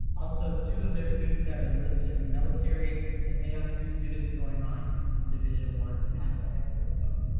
also, two of their students have enlisted in the military and they have two students going on in division one athletics as well.